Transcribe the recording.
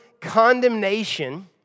condemnation